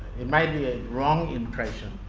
it might be ah wrong impression,